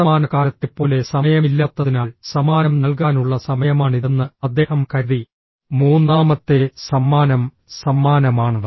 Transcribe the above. വർത്തമാനകാലത്തെപ്പോലെ സമയമില്ലാത്തതിനാൽ സമ്മാനം നൽകാനുള്ള സമയമാണിതെന്ന് അദ്ദേഹം കരുതി മൂന്നാമത്തെ സമ്മാനം സമ്മാനമാണ്